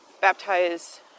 baptize